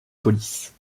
police